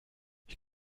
ich